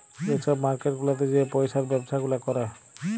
যে ছব মার্কেট গুলাতে যে পইসার ব্যবছা গুলা ক্যরে